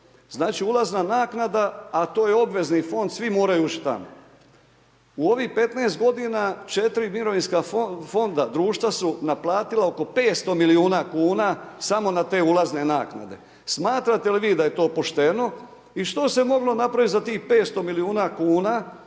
Znači ulazna naknada, a to je obvezni fond, svi moraju …/Govornik se ne razumije./… U ovih 15 g. 4 mirovinska fonda, društva su naplatila oko 500 milijuna kuna, samo na te ulazne naknade. Smatrate li vi da je to pošteno i što se moglo napraviti za tih 500 milijuna kuna